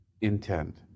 intent